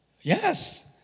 Yes